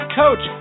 coach